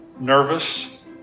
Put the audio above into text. nervous